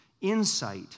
insight